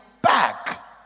back